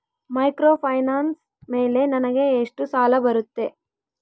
Microfinance ಮೇಲೆ ನನಗೆ ಎಷ್ಟು ಸಾಲ ಬರುತ್ತೆ?